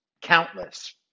countless